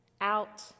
out